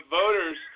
voters